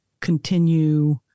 continue